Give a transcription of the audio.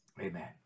Amen